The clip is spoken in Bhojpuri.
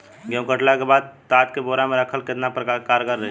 गेंहू कटला के बाद तात के बोरा मे राखल केतना कारगर रही?